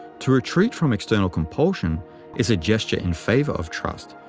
to retreat from external compulsion is a gesture in favor of trust,